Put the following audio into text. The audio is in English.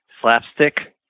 Slapstick